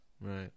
Right